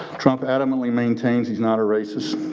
trump adamantly maintains he's not a racist.